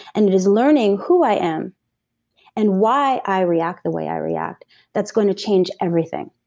and it is learning who i am and why i react the way i react that's going to change everything.